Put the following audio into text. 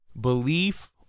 belief